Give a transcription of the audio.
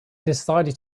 decided